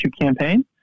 campaign